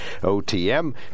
OTM